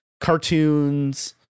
cartoons